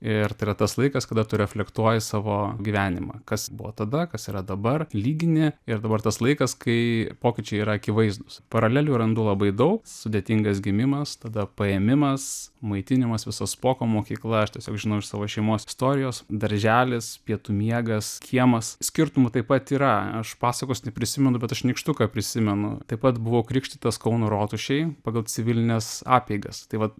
ir tai yra tas laikas kada tu reflektuoji savo gyvenimą kas buvo tada kas yra dabar lygini ir dabar tas laikas kai pokyčiai yra akivaizdūs paralelių randu labai daug sudėtingas gimimas tada paėmimas maitinimas visa spoko mokykla aš tiesiog žinau iš savo šeimos istorijos darželis pietų miegas kiemas skirtumų taip pat yra aš pasakos neprisimenu bet aš nykštuką prisimenu taip pat buvau krikštytas kauno rotušėj pagal civilines apeigas tai vat